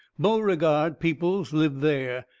beauregard peoples lives there.